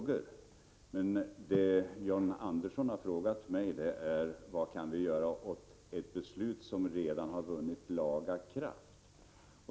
Men det John Andersson har frågat mig är vad jag kan göra åt ett beslut som redan har vunnit laga kraft.